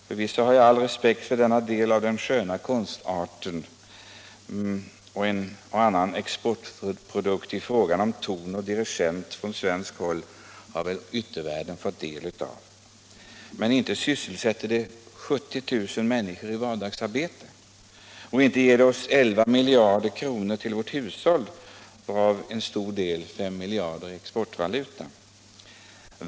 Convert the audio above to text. Förvisso har jag all respekt för denna del av de sköna konsterna, och en och annan svensk exportprodukt i fråga om tonsättning och dirigering har väl yttervärlden fått del av. Men inte sysselsätter detta 70 000 människor i vardagsarbetet. Och inte ger det oss elva miljarder kronor till vårt hushåll, varav en stor del, fem miljarder, är exportvaluta.